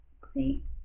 Great